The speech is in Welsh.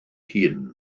hun